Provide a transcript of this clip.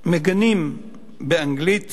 מגנים באנגלית